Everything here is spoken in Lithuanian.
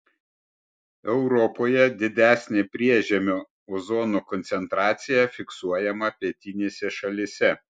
europoje didesnė priežemio ozono koncentracija fiksuojama pietinėse šalyse